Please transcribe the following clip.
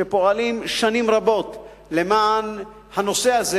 שפועלים שנים רבות למען הנושא הזה,